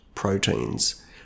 proteins